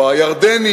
או הירדני,